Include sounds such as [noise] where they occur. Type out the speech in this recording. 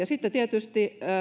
[unintelligible] sitten tietysti